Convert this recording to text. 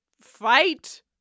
fight